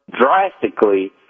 drastically